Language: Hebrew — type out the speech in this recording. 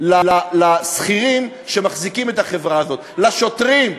לשכירים שמחזיקים את החברה הזאת, לשוטרים,